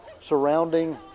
surrounding